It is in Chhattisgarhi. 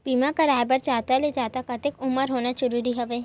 बीमा कराय बर जादा ले जादा कतेक उमर होना जरूरी हवय?